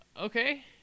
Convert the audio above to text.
okay